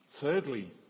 Thirdly